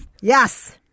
Yes